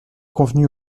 convenu